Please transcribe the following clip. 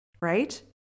right